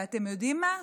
ואתם יודעים מה?